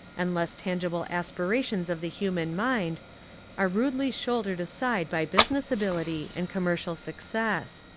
and less tangible aspirations of the human mind are rudely shouldered aside by business ability and commercial success.